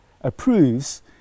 approves